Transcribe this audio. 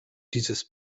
dieses